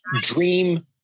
dream